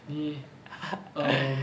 நீ:nee err